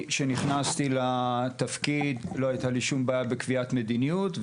כשנכנסתי לתפקיד לא הייתה לי שום בעיה בקביעת מדיניות,